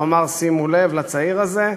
הוא אמר: שימו לב לצעיר הזה.